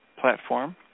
platform